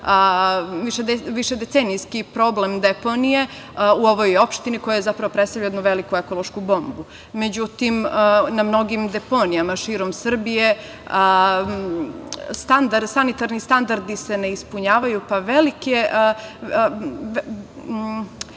višedecenijski problem deponije u ovoj opštini, koje zapravo predstavlja jednu veliku ekološku bombu. Međutim, na mnogim deponijama širom Srbije sanitarni standardi se ne ispunjavaju, pa štetne